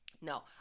No